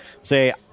say